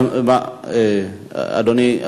אדוני,